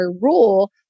rule